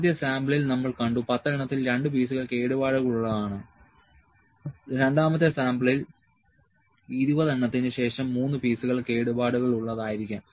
ആദ്യ സാമ്പിളിൽ നമ്മൾ കണ്ടു 10 എണ്ണത്തിൽ 2 പീസുകൾ കേടുപാടുകൾ ഉള്ളതാണ് രണ്ടാമത്തെ സാമ്പിളിൽ 20 എണ്ണത്തിന് ശേഷം 3 പീസുകൾ കേടുപാടുകൾ ഉള്ളതായിരിക്കാം